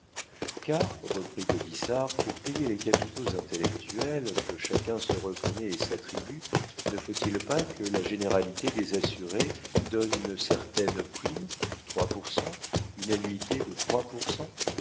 car reprit gaudissart pour payer les capitaux intellectuels que chacun se reconnaît et s'attribue ne faut-il pas que la généralité des assurés donne une certaine prime trois pour cent une annuité de trois pour cent